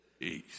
east